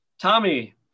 Tommy